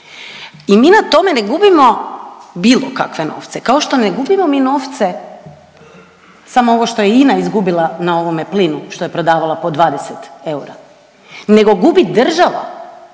I mi na tome ne gubimo bilo kakve novce, kao što ne gubimo mi novce samo ovo što je INA izgubila na ovome plinu, što je prodavala po 20 eura, nego gubi država